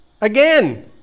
again